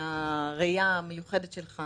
מהראייה המיוחדת שלך